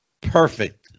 Perfect